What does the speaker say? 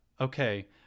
okay